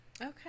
Okay